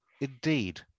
indeed